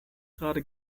gerade